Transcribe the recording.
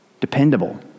Dependable